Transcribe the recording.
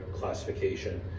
classification